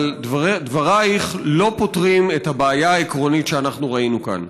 אבל דברייך לא פותרים את הבעיה העקרונית שאנחנו ראינו כאן.